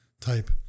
Type